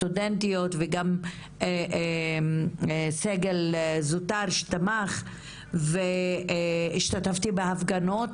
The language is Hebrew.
סטודנטיות וגם סגל זוטר שתמך וגם אני עצמי השתתפתי בהפגנות,